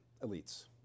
elites